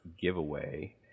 giveaway